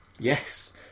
Yes